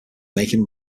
making